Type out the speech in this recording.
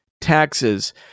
taxes